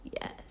yes